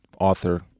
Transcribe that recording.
author